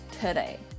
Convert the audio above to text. today